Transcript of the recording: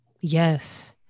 yes